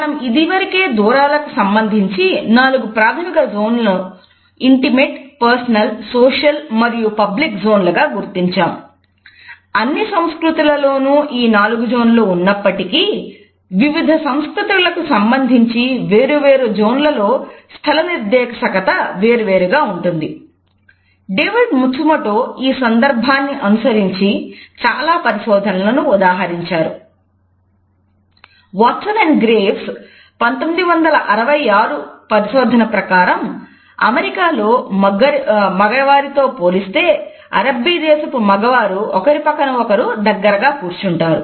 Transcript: మనం ఇదివరకే దూరాలకు సంబంధించి 4 ప్రాథమిక జోన్లను ఇంటిమేట్ ఒకరి పక్కన ఒకరు దగ్గరగా కూర్చుంటారు